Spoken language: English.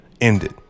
ended